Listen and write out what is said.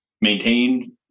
maintained